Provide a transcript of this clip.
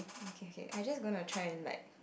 okay okay I just gonna try and like